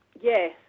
Yes